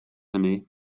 hynny